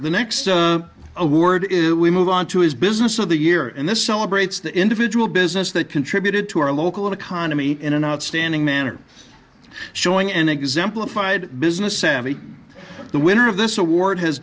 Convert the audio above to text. the next award is we move on to his business of the year in this celebrates the individual business that contributed to our local economy in an outstanding manner showing and exemplified business savvy the winner of this award has